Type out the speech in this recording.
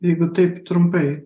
jeigu taip trumpai